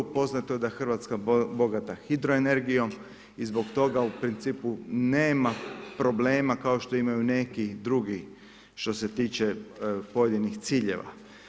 Poznato je da je Hrvatska bogata hidroenergijom i zbog toga u principu nema problema, kao što i imaju neki drugi što se tiče pojedinih ciljeva.